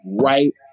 right